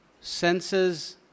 senses